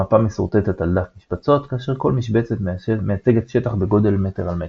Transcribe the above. המפה משורטטת על דף משבצות כאשר כל משבצת מייצגת שטח בגודל מטר על מטר.